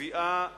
וקביעת